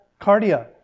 Cardia